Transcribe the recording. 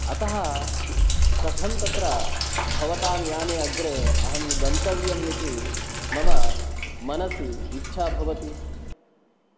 अतः कथं तत्र भवतां याने अग्रे अहं गन्तव्यं इति मम मनिसि इच्छा भवति